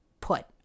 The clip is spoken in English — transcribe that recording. put